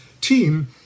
Team